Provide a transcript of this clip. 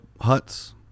huts